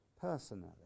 personally